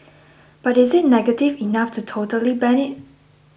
but is it negative enough to totally ban it